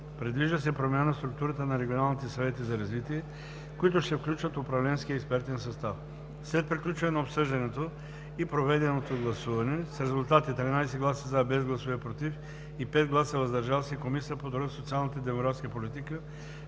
Предвижда се промяна в структурата на регионалните съвети за развитие, които ще включват управленски и експертен състав. След приключване на обсъждането и проведеното гласуване с резултати: 13 гласа „за“, без „против“ и 5 гласа „въздържал се“, Комисията по труда, социалната и демографската политика